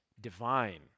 Divine